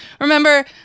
remember